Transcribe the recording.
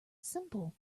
simple